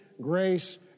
grace